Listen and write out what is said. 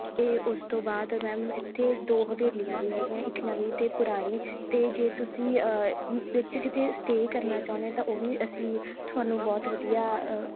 ਅਤੇ ਉਸ ਤੋਂ ਬਾਅਦ ਮੈਮ ਇੱਥੇ ਦੋ ਹਵੇਲੀਆਂ ਵੀ ਹੈਗੀਆਂ ਇੱਕ ਨਵੀਂ ਅਤੇ ਪੁਰਾਣੀ ਅਤੇ ਜੇ ਤੁਸੀਂ ਵਿੱਚ ਕਿਤੇ ਸਟੇਅ ਕਰਨਾ ਚਾਹੁੰਦੇ ਹੋ ਤਾਂ ਉਹ ਵੀ ਅਸੀਂ ਤੁਹਾਨੂੰ ਬਹੁਤ ਵਧੀਆ